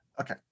Okay